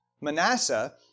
Manasseh